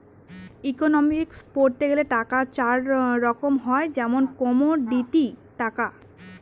economics পড়তে গেলে টাকা চার রকম হয় যেমন কমোডিটি টাকা